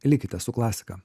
likite su klasika